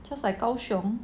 just like gaoxiong